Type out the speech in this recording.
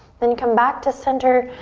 then come back to center,